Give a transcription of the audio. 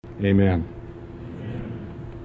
Amen